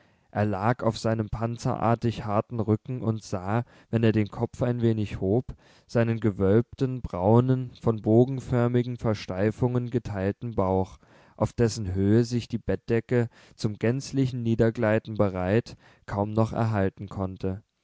er lag auf seinem panzerartig harten rücken und sah wenn er den kopf ein wenig hob seinen gewölbten braunen von bogenförmigen versteifungen geteilten bauch auf dessen höhe sich die bettdecke zum gänzlichen niedergleiten bereit kaum noch erhalten konnte